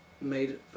made